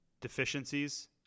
deficiencies